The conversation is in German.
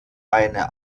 eine